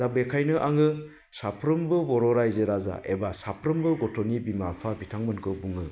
दा बेनिखायनो आङो साफ्रोमबो बर' रायजो राजा एबा साफ्रोमबो गथ'नि बिमा बिफा बिथांमोनखौ बुङो